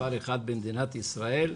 מספר 1 במדינת ישראל,